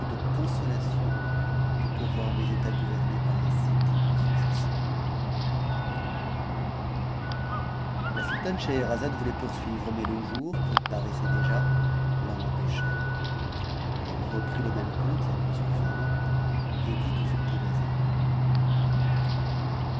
tion que pour voir mes états gouvernés par un si digne successeur o a la sultane scheherazade voulait poursuivre mais le jour qui parais sait déjà t'en empêcha eue reprit le même conte la nuit suivante dit au sultan des indes